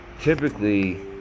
typically